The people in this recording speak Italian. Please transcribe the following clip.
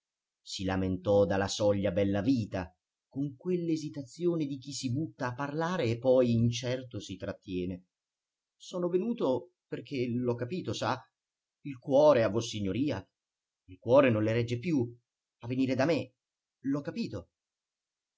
si lamentò dalla soglia bellavita con quell'esitazione di chi si butta a parlare e poi incerto si trattiene sono venuto perché l'ho capito sa il cuore a vossignoria il cuore non le regge più a venire da me l'ho capito